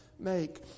make